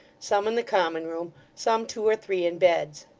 some in the common room, some two or three in beds.